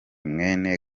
mwene